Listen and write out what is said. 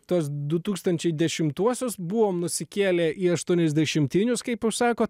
tuos du tūkstančiai dešimtuosius buvom nusikėlę į aštuoniasdešimtinius kaip jūs sakot